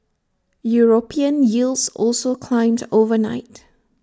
european yields also climbed overnight